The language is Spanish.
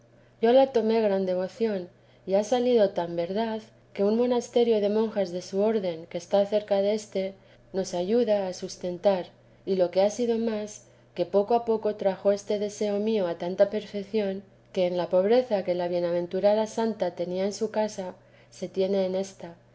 yo la tomé gran devoción y ha salido tan verdad que un monasterio de monjas de su orden que está cerca deste nos ayuda a sustentar y lo que ha sido más que poco a poco trajo este deseo mío a tanta perfección que la pobreza que la bienaventurada santa tenía en su casa se tiene en ésta